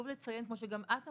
כמו שגם את אמרת,